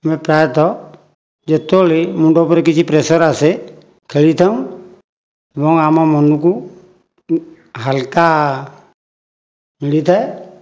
ପ୍ରାୟତଃ ଯେତେବେଳେ ମୁଣ୍ଡ ଉପରେ କିଛି ପ୍ରେସର ଆସେ ଖେଳିଥାଉଁ ଏବଂ ଆମ ମନକୁ ହାଲୁକା ମିଳିଥାଏ